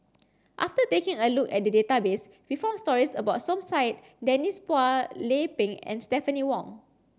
after taking a look at the database we found stories about Som Said Denise Phua Lay Peng and Stephanie Wong